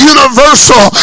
Universal